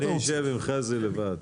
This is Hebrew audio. אשב עם חזי לבד.